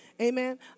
Amen